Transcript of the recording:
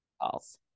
False